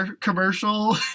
commercial